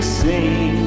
sing